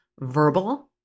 verbal